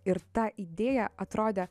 ir ta idėja atrodė